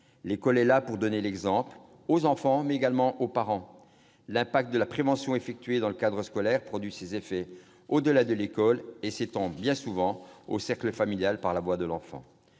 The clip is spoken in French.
L'école est là pour donner l'exemple aux enfants, mais aussi aux parents. Bien souvent, la prévention assurée dans le cadre scolaire produit ses effets au-delà de l'école et s'étend au cercle familial par la voix de l'enfant.